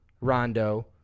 Rondo